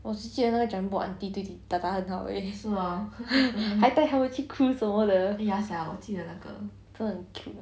我是记得那个 jumbo aunty 对 da da 很好 eh 还带他们去 cruise 什么的真的很 cute eh